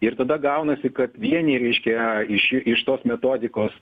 ir tada gaunasi kad vieni reiškia iš iš tos metodikos